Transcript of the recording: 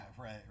right